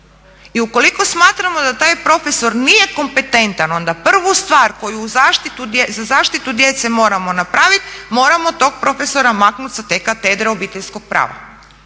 I ukoliko smatramo da taj profesor nije kompetentan onda prvu stvar koju za zaštitu djece moramo napraviti, moramo tog profesora maknuti sa te katedre obiteljskog prava